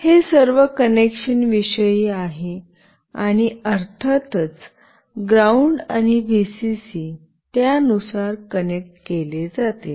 हे सर्व कनेक्शन विषयी आहे आणि अर्थातच ग्राउंड आणि व्हीसीसी त्यानुसार कनेक्ट केले जातील